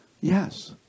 Yes